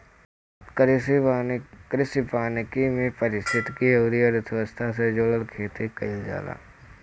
कृषि वानिकी में पारिस्थितिकी अउरी अर्थव्यवस्था से जुड़ल खेती कईल जाला